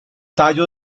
tallo